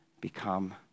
become